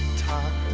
time,